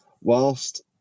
whilst